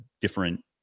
different